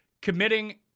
committing